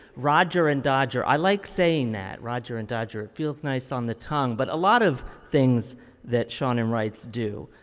roger and dodger, i like saying that, roger and dodger, it feels nice on the tongue. but a lot of things that seanan writes do.